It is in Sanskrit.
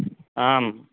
आम्